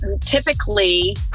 typically